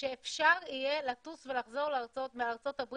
שאפשר יהיה לטוס ולחזור מארצות-הברית,